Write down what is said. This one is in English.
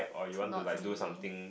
not really